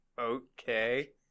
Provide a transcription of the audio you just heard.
okay